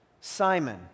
Simon